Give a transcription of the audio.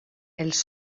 els